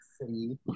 City